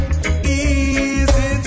Easy